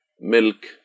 milk